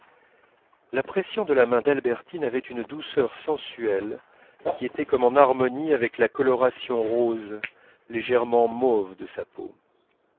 la pression de la main d'albertine avait une douceur sensuelle qui était comme en harmonie avec la coloration rose légèrement mauve de sa peau